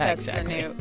ah exactly.